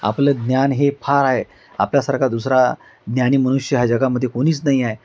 आपलं ज्ञान हे फार आहे आपल्यासारखा दुसरा ज्ञानी मनुष्य ह्या जगामध्ये कोणीच नाही आहे